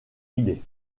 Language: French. idées